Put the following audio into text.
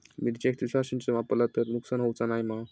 मिरचेक तुषार सिंचन वापरला तर काय नुकसान होऊचा नाय मा?